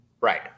Right